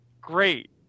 great